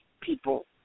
people